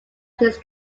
his